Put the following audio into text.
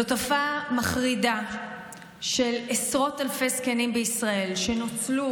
זו תופעה מחרידה של עשרות אלפי זקנים בישראל שנוצלו